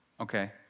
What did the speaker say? Okay